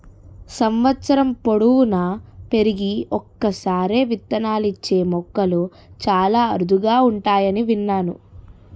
సంవత్సరం పొడువునా పెరిగి ఒక్కసారే విత్తనాలిచ్చే మొక్కలు చాలా అరుదుగా ఉంటాయని విన్నాను